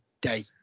day